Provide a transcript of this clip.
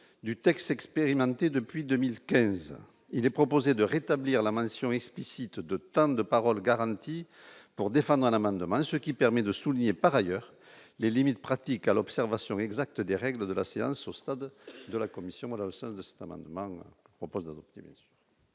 du texte, expérimenté depuis 2015, il est proposé de rétablir la mention explicite de temps de parole garantie pour défendre un amendement, ce qui permet de souligner par ailleurs les limites pratiques à l'observation exacte des règles de la séance au stade de la Commission, le sens de cet amendement propose d'adopter. Merci,